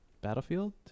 Battlefield